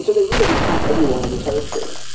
so they really did count everyone in the territory.